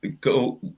go